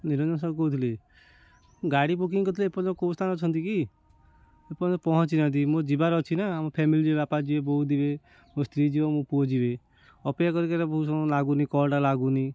ନିରଞ୍ଜନ ସାହୁ କହୁଥିଲି ଗାଡ଼ି ବୁକିଂ କରିଥିଲେ ଏପର୍ଯ୍ୟନ୍ତକେଉଁ ସ୍ଥାନ ଅଛନ୍ତି କି ଏପର୍ଯ୍ୟନ୍ତ ପହଞ୍ଚିନାହାଁନ୍ତି ମୋ ଯିବାର ଅଛି ନା ଆମ ଫ୍ୟାମିଲି ଯିବେ ବାପା ଯିବେ ବୋଉ ଯିବେ ମୋ ସ୍ତ୍ରୀ ଯିବ ମୋ ପୁଅ ଯିବେ ଅପେକ୍ଷା କରିକି ବହୁତ ସମୟ ଲାଗୁନି କଲ୍ଟା ଲାଗୁନି